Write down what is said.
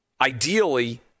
Ideally